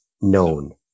known